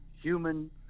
human